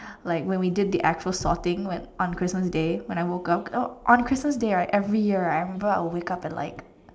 like when we did the actual sorting on Christmas day when I woke up oh on Christmas day right every year right I remember I will wake up at like